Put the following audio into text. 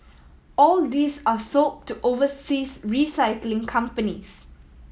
all these are sold to overseas recycling companies